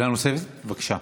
שאלה נוספת, בבקשה.